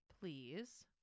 please